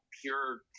pure